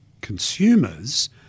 consumers